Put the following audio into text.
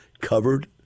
covered